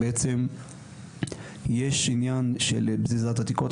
בעצם יש עניין של בזיזת עתיקות,